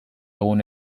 egun